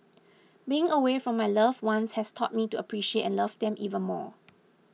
being away from my loved ones has taught me to appreciate and love them even more